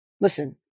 listen